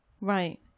Right